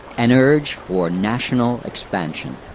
an urge for national expansion.